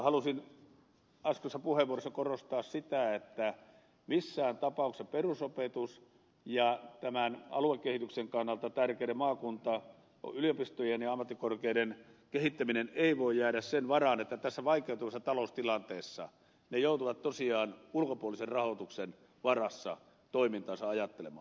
mutta halusin äskeisessä puheenvuorossani korostaa sitä että missään tapauksessa perusopetuksen ja tämän aluekehityksen kannalta tärkeiden maakuntayliopistojen ja ammattikorkeiden kehittäminen ei voi jäädä sen varaan että tässä vaikeutuvassa taloustilanteessa ne joutuvat tosiaan ulkopuolisen rahoituksen varassa toimintaansa ajattelemaan